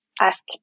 ask